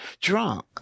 drunk